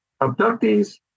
Abductees